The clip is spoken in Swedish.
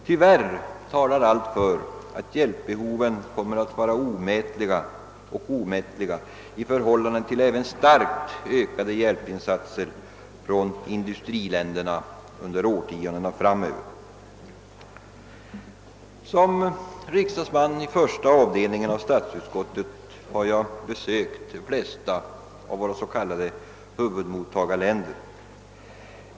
Tyvärr talar allt för att hjälpbehoven kommer att vara omätliga och omättliga i förhållande till även starkt ökande hjälpinsatser från industriländerna under årtionden framöver. Som riksdagsman i första avdelningen av statsutskottet har jag besökt de flesta av våra s.k. huvudmottagarländer.